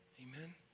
Amen